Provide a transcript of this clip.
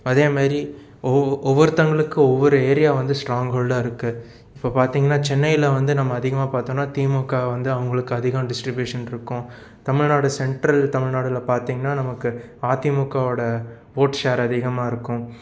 அதே மாரி ஒவ்வொருத்தவங்களுக்கு ஒவ்வொரு ஏரியா வந்து ஸ்ட்ராங்கில இருக்கு இப்போது பார்த்தீங்கன்னா சென்னையில் வந்து நம்ம அதிகமாக பாத்தோம்னா திமுக வந்து அவங்களுக்கு அதிகமாக டிஸ்ட்ரிப்யூஷன் இருக்கும் தமிழ்நாடு சென்ட்ரு தமிழ்நாடில் பார்த்தீங்கன்னா நமக்கு அதிமுகவோட ஓட் ஷேர் அதிகமாக இருக்கும்